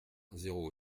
zéro